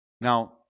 Now